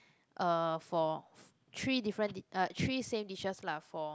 uh for three different di~ uh three same dishes lah for